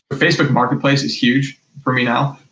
facebook marketplace is huge for me now.